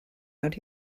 out